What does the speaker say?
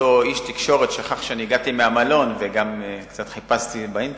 שאותו איש תקשורת שכח שהגעתי מהמלון וגם קצת חיפשתי באינטרנט,